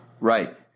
right